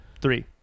Three